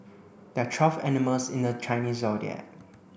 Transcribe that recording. there are twelve animals in the Chinese Zodiac